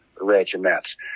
regiments